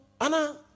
Anna